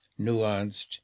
nuanced